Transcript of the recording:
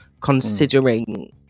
considering